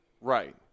right